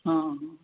हाँ